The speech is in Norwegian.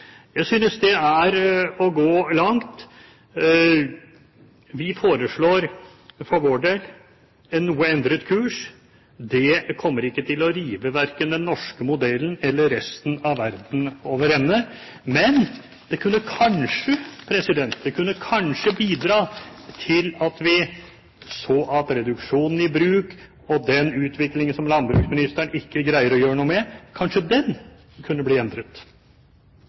jeg synes det er å gå langt. Vi foreslår for vår del en noe endret kurs. Det kommer ikke til å rive verken den norske modellen eller resten av verden over ende, men det kunne kanskje bidra til at vi så at reduksjonen i bruk og den utviklingen som landbruksministeren ikke greier å gjøre noe med, kunne bli endret.